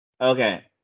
Okay